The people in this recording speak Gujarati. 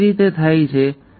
આ કેવી રીતે થાય છે